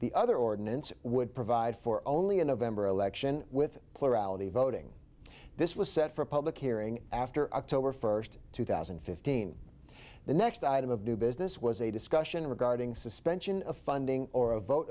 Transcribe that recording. the other ordinance would provide for only a november election with plurality voting this was set for a public hearing after october first two thousand and fifteen the next item of do business was a discussion regarding suspension of funding or a vote